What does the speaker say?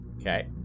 Okay